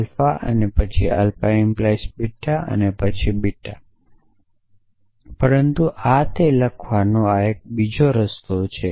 alpha અને પછી alpha🡪 beta અને પછી બીટા પરંતુ આ તે લખવાનો આ એક બીજો રસ્તો છે